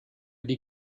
die